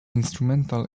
instrumental